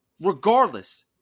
regardless